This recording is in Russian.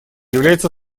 является